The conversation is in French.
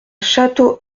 château